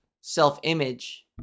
self-image